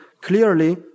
clearly